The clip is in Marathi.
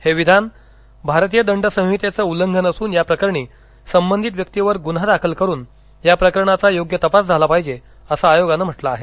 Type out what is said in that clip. हे विधान भारतीय दंड संहितेचं उल्लंघन असून या प्रकरणी संबंधित व्यक्तीवर गुन्हा दाखल करून प्रकरणाचा योग्य तपास झाला पाहिजे असं आयोगानं म्हंटल आहे